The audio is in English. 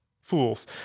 fools